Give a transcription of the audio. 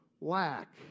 lack